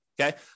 Okay